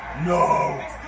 No